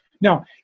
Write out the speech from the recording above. Now